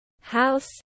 house